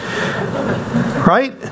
Right